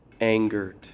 angered